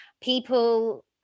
people